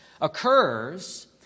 occurs